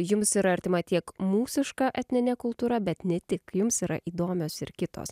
jums yra artima tiek mūsiška etninė kultūra bet ne tik jums yra įdomios ir kitos